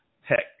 heck